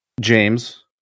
James